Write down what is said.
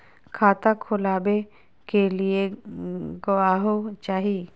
खाता खोलाबे के लिए गवाहों चाही?